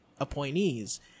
appointees